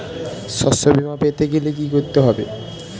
শষ্যবীমা পেতে গেলে কি করতে হবে?